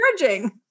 encouraging